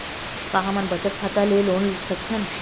का हमन बचत खाता ले लोन सकथन?